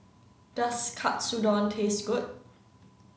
does katsudon taste good